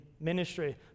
ministry